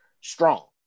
strong